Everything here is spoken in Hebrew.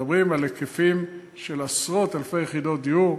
מדברים על היקפים של עשרות אלפי יחידות דיור,